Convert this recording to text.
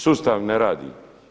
Sustav ne radi.